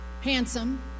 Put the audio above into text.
Handsome